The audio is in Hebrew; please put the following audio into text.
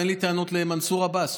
אין לי טענות למנסור עבאס,